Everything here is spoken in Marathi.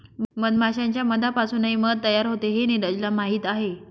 मधमाश्यांच्या मधापासूनही मध तयार होते हे नीरजला माहीत आहे